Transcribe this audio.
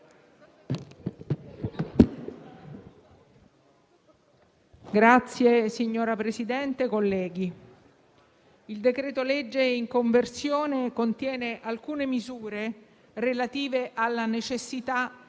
il decreto-legge in conversione contiene alcune misure relative alla necessità